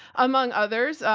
among others.